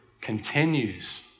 continues